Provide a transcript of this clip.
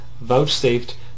vouchsafed